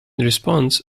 response